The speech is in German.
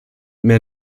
mehr